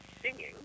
singing